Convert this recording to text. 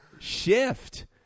shift